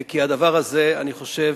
כי הדבר הזה, אני חושב,